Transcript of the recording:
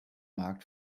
markt